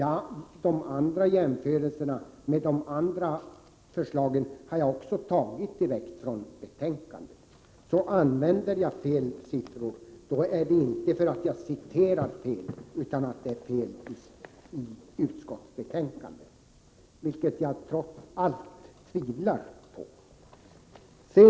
De andra siffrorna och jämförelserna har jag också tagit direkt från betänkandet. Om jag använde fel siffror berodde det inte på att jag citerade fel utan på att det är fel i utskottsbetänkandet, vilket jag trots allt tvivlar på.